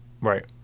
Right